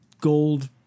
gold